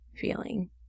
feeling